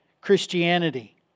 Christianity